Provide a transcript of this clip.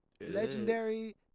Legendary